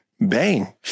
bang